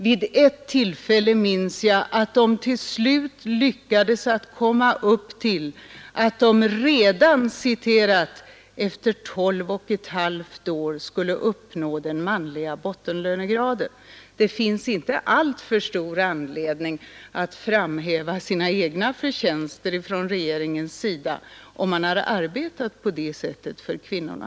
Vid ett tillfälle minns jag att de till sist lyckades förhandla sig till att de ”redan” efter tolv och ett halvt år skulle nå den manliga bottenlönegraden. Det finns inte alltför stor anledning för regeringen att framhäva sina egna förtjänster, när man har arbetat på det sättet för kvinnorna.